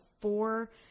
four